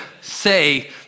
say